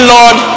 Lord